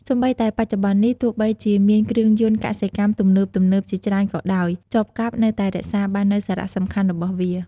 សូម្បីតែបច្ចុប្បន្ននេះ ទោះបីជាមានគ្រឿងយន្តកសិកម្មទំនើបៗជាច្រើនក៏ដោយ ចបកាប់នៅតែរក្សាបាននូវសារៈសំខាន់របស់វា។